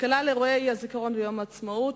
כנ"ל אירועי יום הזיכרון ויום העצמאות: